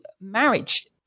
marriage